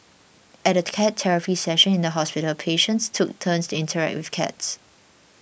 at a cat therapy session in the hospital patients took turns to interact with cats